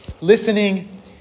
Listening